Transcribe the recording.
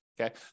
Okay